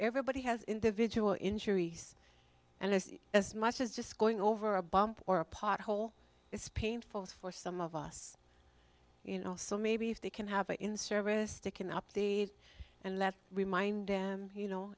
everybody has individual injuries and as much as just going over a bump or a pothole is painful for some of us you know so maybe if they can have it in service to can update and let's remind them you know